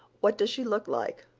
what does she look like?